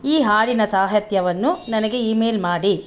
ಈ ಹಾಡಿನ ಸಾಹಿತ್ಯವನ್ನು ನನಗೆ ಇಮೇಲ್ ಮಾಡಿ